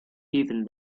even